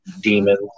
Demons